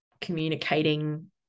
communicating